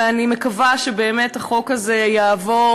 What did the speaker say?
ואני מקווה שבאמת החוק הזה יעבור